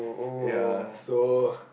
ya so